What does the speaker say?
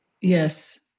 Yes